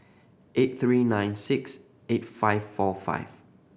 eight three nine six eight five four five